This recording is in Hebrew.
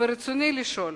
ברצוני לשאול: